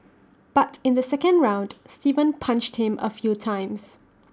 but in the second round Steven punched him A few times